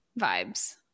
vibes